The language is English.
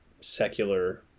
secular